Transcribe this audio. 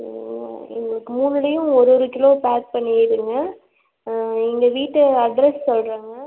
ஓ எங்களுக்கு மூணுலையும் ஒரு ஒரு கிலோ பேக் பண்ணியிருங்க எங்கள் வீட்டு அட்ரெஸ் சொல்லுறேங்க